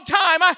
time